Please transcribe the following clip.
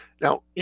Now